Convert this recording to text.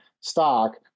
stock